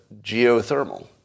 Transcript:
geothermal